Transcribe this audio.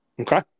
Okay